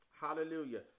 Hallelujah